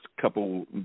couple